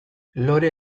lore